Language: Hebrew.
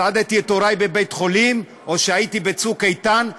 סעדתי את הורי בבית-חולים, או שהייתי ב"צוק איתן",